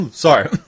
Sorry